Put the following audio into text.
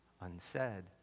unsaid